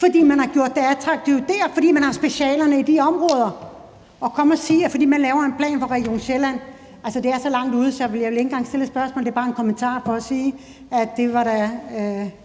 fordi man har gjort det attraktivt der, fordi man har specialerne i de områder. Og at komme og sige, at det er, fordi man laver en plan for Region Sjælland, er så langt ude, at jeg ikke engang vil stille et spørgsmål, men det er bare en kommentar for at sige, at det da var